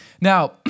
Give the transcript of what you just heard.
Now